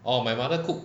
oh my mother cook